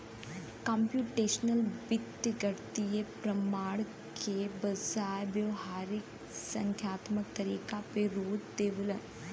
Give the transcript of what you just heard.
computational वित्त गणितीय प्रमाण के बजाय व्यावहारिक संख्यात्मक तरीका पे जोर देवला